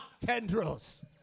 tendrils